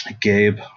gabe